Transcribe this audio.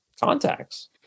contacts